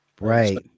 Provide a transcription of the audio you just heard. right